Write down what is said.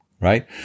right